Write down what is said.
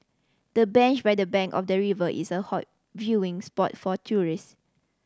the bench by the bank of the river is a hot viewing spot for tourist